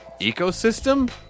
ecosystem